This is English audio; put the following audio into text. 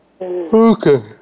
Okay